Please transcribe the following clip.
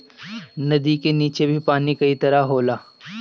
नदी का नीचे भी पानी के कई तह होला